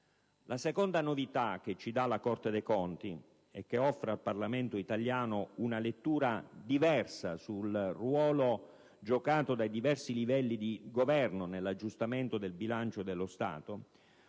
La seconda novità che ci comunica la Corte dei conti e che offre al Parlamento italiano una lettura diversa del ruolo giocato dai diversi livelli di governo nell'aggiustamento del bilancio dello Stato